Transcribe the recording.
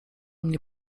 mnie